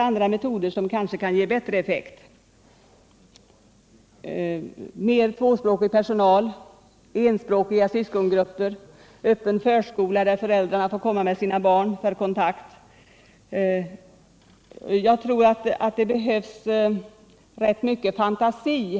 Andra metoder kan kanske ge bättre effekt: mer tvåspråkig personal, enspråkiga syskongrupper och öppen förskola dit föräldrarna får komma med sina barn för kontakt. Jag tror att det behövs rätt mycket fantasi.